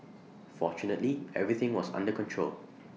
fortunately everything was under control